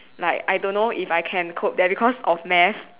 like I don't know if I can cope there because of math